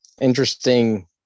Interesting